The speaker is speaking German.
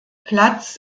platz